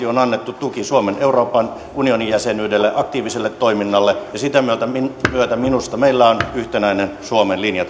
on annettu tuki suomen euroopan unionin jäsenyydelle aktiiviselle toiminnalle ja sitä myötä minusta meillä on yhtenäinen suomen linja